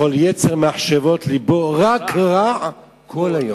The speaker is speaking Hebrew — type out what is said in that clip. וכל יצר מחשבות לבו רק רע כל היום".